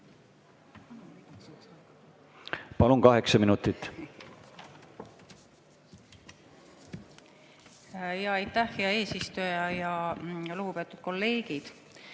Palun, kaheksa minutit!